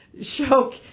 show